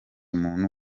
muntu